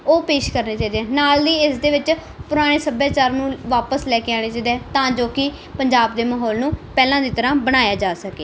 ਉਹ ਪੇਸ਼ ਕਰਨੇ ਚਾਹੀਦੇ ਹਨ ਨਾਲ ਹੀ ਇਸ ਦੇ ਵਿੱਚ ਪੁਰਾਣੇ ਸੱਭਿਆਚਾਰ ਨੂੰ ਵਾਪਿਸ ਲੈ ਕੇ ਆਉਣਾ ਚਾਹੀਦਾ ਤਾਂ ਜੋ ਕਿ ਪੰਜਾਬ ਦੇ ਮਾਹੌਲ ਨੂੰ ਪਹਿਲਾਂ ਦੀ ਤਰ੍ਹਾਂ ਬਣਾਇਆ ਜਾ ਸਕੇ